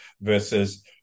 versus –